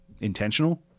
intentional